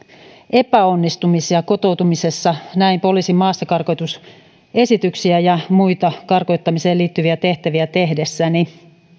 epäonnistumisia kotoutumisessa näin poliisin maastakarkotusesityksiä ja muita karkottamiseen liittyviä tehtäviä tehdessäni